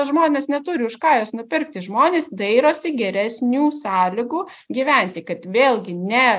žmonės neturi už ką jos nupirkti žmonės dairosi geresnių sąlygų gyventi kad vėlgi ne